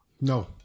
no